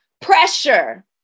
Pressure